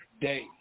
day